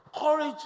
Courage